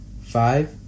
Five